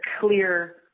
clear